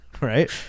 right